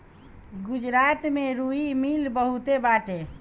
गुजरात में रुई मिल बहुते बाटे